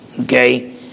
Okay